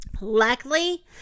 Luckily